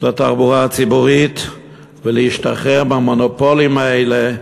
לתחבורה הציבורית ולהשתחרר מהמונופולים האלה,